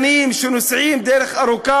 מקצועית, בראשות פרופ'